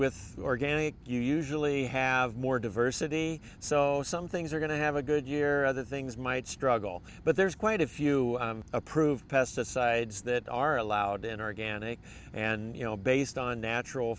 with organic you usually have more diversity so some things are going to have a good year or the things might struggle but there's quite a few approved pesticides that are allowed in organic and you know based on natural